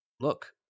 look